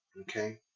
Okay